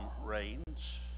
rains